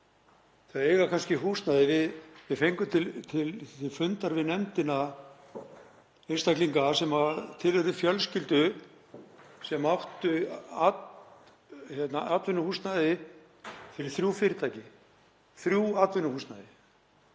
Þær eiga kannski húsnæði og við fengum til fundar við nefndina einstaklinga sem tilheyrðu fjölskyldu sem átti atvinnuhúsnæði fyrir þrjú fyrirtæki, þrjú atvinnuhúsnæði